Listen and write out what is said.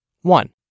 One